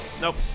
Nope